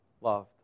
loved